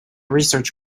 research